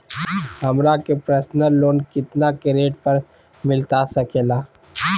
हमरा के personal loan कितना के रेट पर मिलता सके ला?